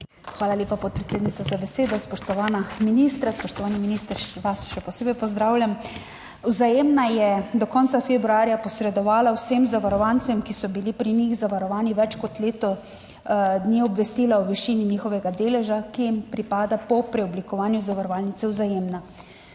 Hvala lepa, podpredsednica za besedo. Spoštovana ministra! Spoštovani minister, vas še posebej pozdravljam. Vzajemna je do konca februarja posredovala vsem zavarovancem, ki so bili pri njih zavarovani več kot leto dni, obvestila o višini njihovega deleža, ki jim pripada po preoblikovanju zavarovalnice Vzajemna.